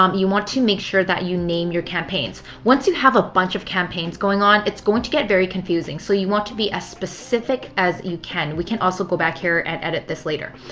um you want to make sure that you name your campaigns. once you have a bunch of campaigns going on, it's going to get very confusing. so you want to be as specific as you can. we can also go back here and edit this later.